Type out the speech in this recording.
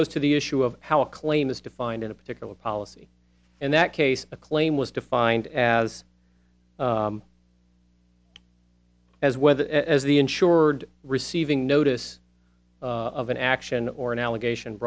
goes to the issue of how a claim is defined in a particular policy and that case a claim was defined as as well as the insured receiving notice of an action or an allegation